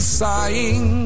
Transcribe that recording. sighing